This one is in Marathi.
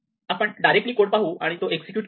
आपण डायरेक्टली कोड पाहू आणि तो एक्झिक्युट करू